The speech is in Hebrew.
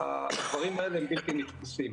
והדברים האלה הם בלתי נתפסים.